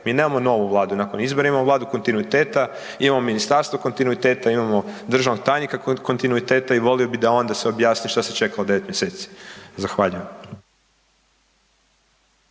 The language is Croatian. mi nemamo novu vladu, nakon izbora imamo vladu kontinuiteta, imamo ministarstvo kontinuiteta, imamo državnog tajnika kontinuiteta i volio bi da onda se objasni šta se čekalo 9. mjeseci. Zahvaljujem.